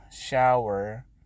shower